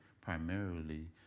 primarily